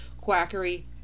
quackery